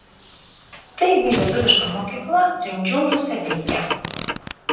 taigi lietuviška mokykla rimdžiūnuose veikia